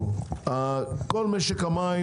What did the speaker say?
כל משק המים,